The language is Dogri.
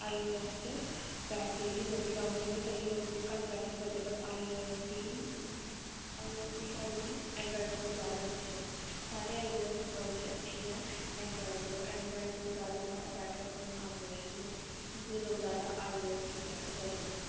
आई ओ ऐस च बैटरी एह्दी जल्दी डाउन होई जंदी ताइयें लोग उसी घट्ट प्रैफर करदे but I O S I O S दी क्वालिटी ऐंडरायड कोला जादा अच्छी ऐ सारें आई ओ ऐस दी क्वालिटी अच्छी ऐ ऐंडरायड कोला ऐंडरायड कोला जादा better phone I O S ही ऐ इस लेई लोग जादा आई ओ ऐस गी प्रैफर करदे न